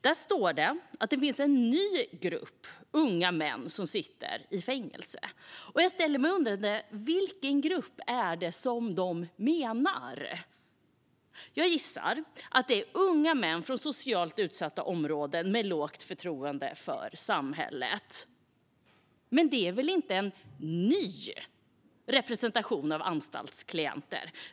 Där står att det finns en ny grupp unga män som sitter i fängelse. Jag ställer mig undrande: Vilken grupp är det de menar? Jag gissar att det är unga män från socialt utsatta områden med lågt förtroende för samhället. Men det är väl inte en ny representation av anstaltsklienter?